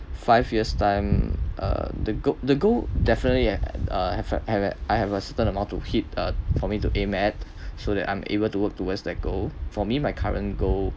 five years time uh the go~ the goal definitely and uh have a I have a certain amount to hit uh for me to aim at so that I'm able to work towards that goal for me my current goal